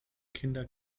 kinder